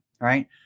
Right